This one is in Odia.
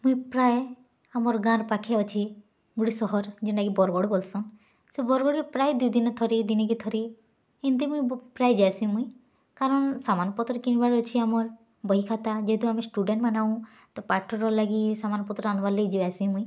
ମୁଇଁ ପ୍ରାୟ ଆମର୍ ଗାଁର୍ ପାଖେ ଅଛି ଗୋଟେ ସହର୍ ଯେଣ୍ଟାକି ବରଗଡ଼୍ ବୋଲ୍ସନ୍ ସେ ବରଗଡ଼୍ରେ ପ୍ରାୟ ଦୁଇ ଦିନେ ଥରେ ଦିନ୍କେ ଥରେ ଏନ୍ତି ମୁଇଁ ପ୍ରାୟ ଯାଏସି ମୁଇଁ କାରନ୍ ସାମାନ୍ ପତର୍ କିଣିବାର୍ ଅଛି ଆମର୍ ବହି ଖାତା ଯେହେତୁ ଆମେ ଷ୍ଟୁଡ଼େଣ୍ଟମାନେ ତ ପାଠର୍ଲାଗି ସାମାନ୍ପତର୍ ଆଣିବାର୍ ଲାଗି ଯିବାସେ ମୁଇଁ